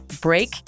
break